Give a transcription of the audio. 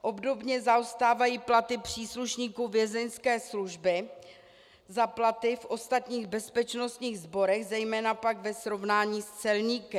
Obdobně zaostávají platy příslušníků Vězeňské služby za platy v ostatních bezpečnostních sborech, zejména pak ve srovnání s celníky.